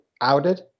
outed